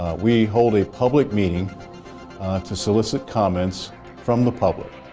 we hold a public meeting to solicit comments from the public.